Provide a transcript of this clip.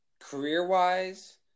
Career-wise